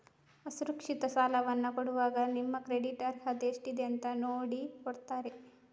ಅಸುರಕ್ಷಿತ ಸಾಲವನ್ನ ಕೊಡುವಾಗ ನಿಮ್ಮ ಕ್ರೆಡಿಟ್ ಅರ್ಹತೆ ಎಷ್ಟಿದೆ ಅಂತ ನೋಡಿ ಕೊಡ್ತಾರೆ